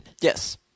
Yes